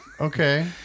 okay